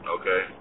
Okay